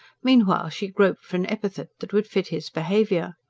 meanwhile, she groped for an epithet that would fit his behaviour.